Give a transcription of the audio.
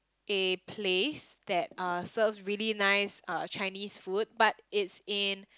a place that uh serves really nice uh Chinese food but it's in